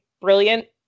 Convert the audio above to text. brilliant